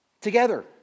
together